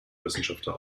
wissenschaftler